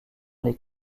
les